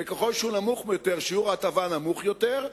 וככל שהוא נמוך יותר שיעור ההטבה נמוך יותר,